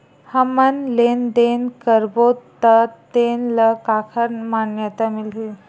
हमन लेन देन करबो त तेन ल काखर मान्यता मिलही?